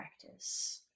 practice